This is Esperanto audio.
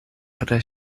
tre